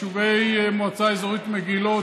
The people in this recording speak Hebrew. יישובי מועצה אזורית מגילות,